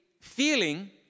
feeling